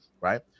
Right